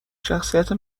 شخصیت